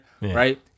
right